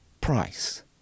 price